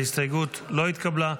ההסתייגות לא התקבלה.